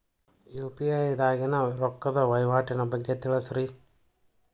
UPI ದಾಗಿನ ರೊಕ್ಕದ ವಹಿವಾಟಿನ ಬಗ್ಗೆ ತಿಳಸ್ರಿ